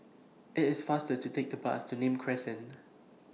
IT IS faster to Take The Bus to Nim Crescent